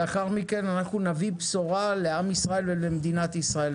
לאחר מכן אנחנו נביא בשורה לעם ישראל ולמדינת ישראל,